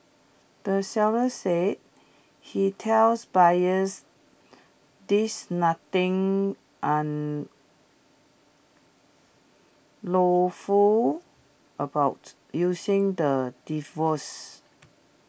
the seller said he tells buyers there's nothing unlawful about using the devices